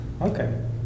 Okay